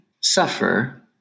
suffer